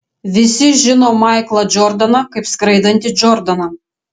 visi žino maiklą džordaną kaip skraidantį džordaną